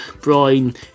Brian